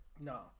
No